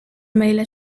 meile